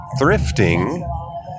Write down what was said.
thrifting